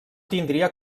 tindria